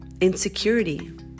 insecurity